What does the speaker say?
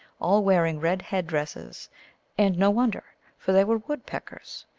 all wearing red head-dresses and no wonder, for they were woodpeckers.